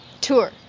tour